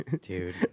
Dude